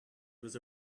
was